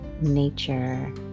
nature